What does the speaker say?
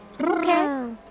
Okay